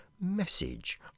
message